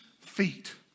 feet